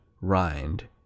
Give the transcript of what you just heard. rind